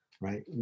right